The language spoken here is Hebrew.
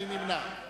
מי נמנע?